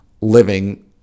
living